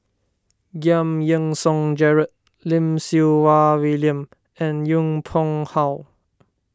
Giam Yean Song Gerald Lim Siew Wai William and Yong Pung How